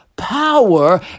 Power